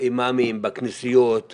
האימאמים בכנסיות,